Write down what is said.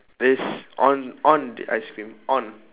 it's on on the ice cream on